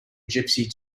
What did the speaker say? gypsy